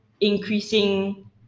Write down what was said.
increasing